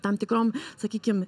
tam tikrom sakykim